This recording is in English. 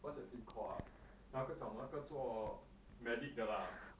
what's that team called ah 那个找那个做 medic 的 lah